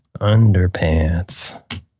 Underpants